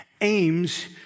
aims